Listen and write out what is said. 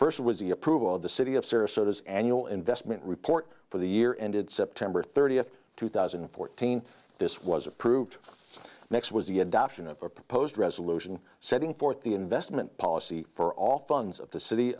first was the approval of the city of sarasota as annual investment report for the year ended september thirtieth two thousand and fourteen this was approved next was the adoption of a proposed resolution setting forth the investment policy for all funds of the city